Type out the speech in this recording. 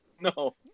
no